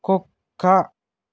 కుక్క